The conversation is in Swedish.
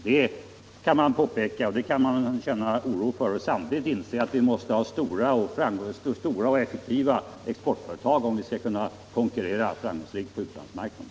Det kan man påpeka och känna oro för och samtidigt inse att vi måste ha stora och effektiva exportföretag om vi skall kunna konkurrera framgångsrikt på utlandsmarknaden.